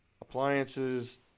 appliances